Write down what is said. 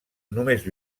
només